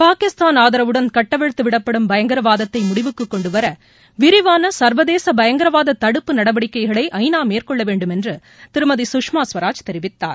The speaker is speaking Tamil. பாகிஸ்தான் ஆதரவுடன் கட்டவிழ்த்துவிடப்படும் பயங்கரவாதத்தைமுடவுக்குகொண்டுவரவிரிவானசர்வதேசபயங்கரவாததடுப்பு நடவடிக்கைகளை ஜ நா மேற்கொள்ளவேண்டும் என்றுதிருமதி சுஷ்மா ஸ்வராஜ் தெரிவித்தார்